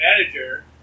manager